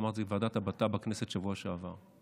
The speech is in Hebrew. אמרתי את זה בוועדת הבט"פ בכנסת בשבוע שעבר.